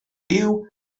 byw